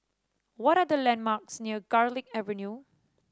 what are the landmarks near Garlick Avenue